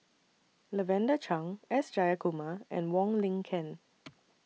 Lavender Chang S Jayakumar and Wong Lin Ken